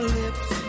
lips